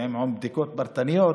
ועם בדיקות פרטניות